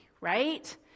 right